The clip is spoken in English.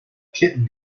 kitten